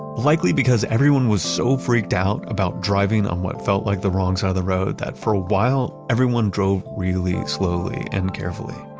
likely because everyone was so freaked out about driving on what felt like the wrong side of the road that, for a while, everyone drove really slowly and carefully.